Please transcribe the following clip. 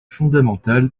fondamentale